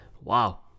Wow